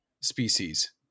species